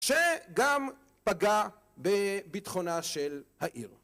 שגם פגע בביטחונה של העיר.